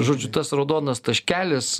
žodžiu tas raudonas taškelis